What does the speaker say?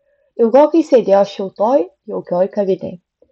ilgokai sėdėjo šiltoj jaukioj kavinėj